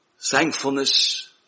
thankfulness